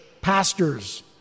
pastors